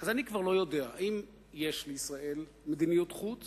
אני כבר לא יודע אם יש לישראל מדיניות חוץ